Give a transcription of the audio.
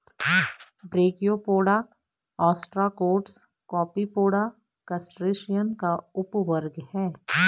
brachiopoda, ostracods, copepoda, crustacean का उपवर्ग है